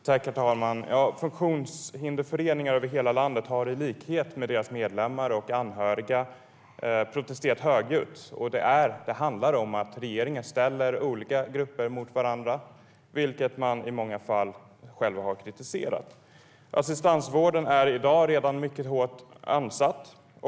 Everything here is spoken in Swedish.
Herr talman! Funktionshinderföreningar över hela landet har i likhet med sina medlemmar och deras anhöriga protesterat högljutt. Det handlar om att regeringen ställer olika grupper mot varandra, vilket man i många fall själv har kritiserat. Assistansvården är i dag redan mycket hårt ansatt.